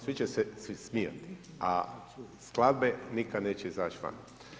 Svi će se smijati, a skladbe nikad neće izaći van.